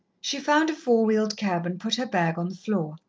she found a four-wheeled cab and put her bag on the floor.